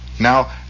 Now